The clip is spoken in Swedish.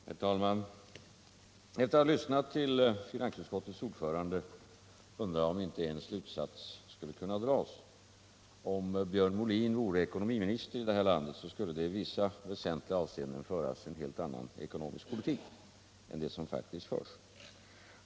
Herr talman! Efter att ha lyssnat till finansutskottets ordförande undrar jag om inte en slutsats skulle kunna dras: Om Björn Molin vore eko nomiminister i det här landet, skulle det i vissa väsentliga avseenden föras en helt annan ekonomisk politik än den som faktiskt förs.